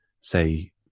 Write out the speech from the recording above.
say